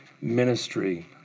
ministry